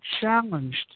challenged